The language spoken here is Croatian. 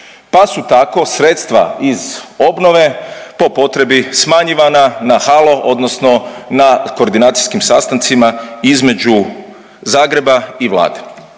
Pa su tako sredstva iz obnove po potrebi smanjivana na halo, odnosno na koordinacijskim sastancima, između Zagreba i Vlade.